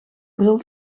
bril